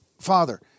Father